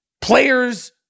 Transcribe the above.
Players